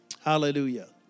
Hallelujah